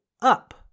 up